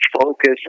Focus